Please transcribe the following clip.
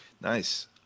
Nice